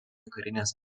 karinės